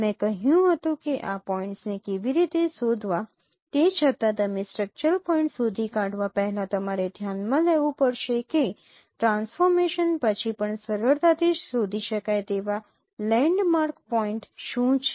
મેં કહ્યું હતું કે આ પોઇન્ટ્સને કેવી રીતે શોધવા તે છતાં તમે સ્ટ્રક્ચરલ પોઇન્ટ્સ શોધી કાઢવા પહેલા તમારે ધ્યાનમાં લેવું પડશે કે ટ્રાન્સફોર્મેશન પછી પણ સરળતાથી શોધી શકાય તેવા લેન્ડમાર્ક પોઇન્ટ શું છે